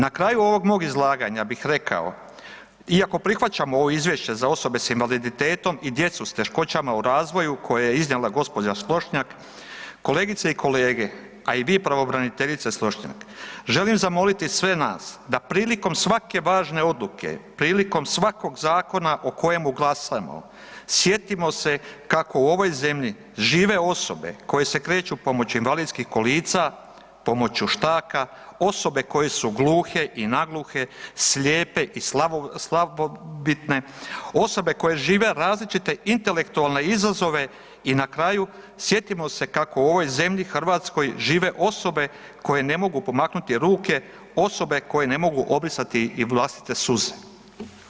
Na kraju ovog mog izlaganja bih rekao, iako prihvaćam ovo izvješće za osobe s invaliditetom i djecu s teškoćama u razvoju koje je iznijela gđa. Slošnjak, kolegice i kolege, a i vi pravobraniteljice Slošnjak, želim zamoliti sve nas da prilikom svake važne odluke, prilikom svakog zakona o kojemu glasamo, sjetimo se kako u ovoj zemlji žive osobe koje se kreću pomoću invalidskih kolica, pomoću štaka, osobe koje su gluhe i nagluhe, slijepe i slabovidne, osobe koje žive različite intelektualne izazove i na kraju sjetimo se kako u ovoj zemlji Hrvatskoj žive osobe koje ne mogu pomaknuti ruke, osobe koje ne mogu obrisati i vlastite suze.